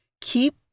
keep